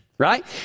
Right